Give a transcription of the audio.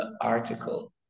article